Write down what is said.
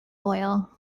oil